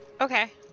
Okay